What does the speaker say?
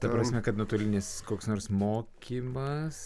ta prasme kad nuotolinis koks nors mokymas